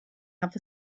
have